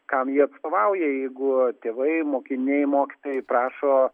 kam jie atstovauja jeigu tėvai mokiniai mokytojai prašo